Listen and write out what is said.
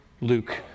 Luke